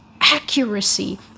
accuracy